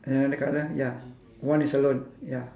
another colour ya one is alone ya